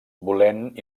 volent